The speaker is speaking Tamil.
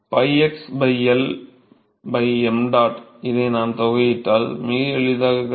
𝞹x L ṁ இதை நாம் தொகையிட்டால் மிக எளிதாக கிடைக்கும்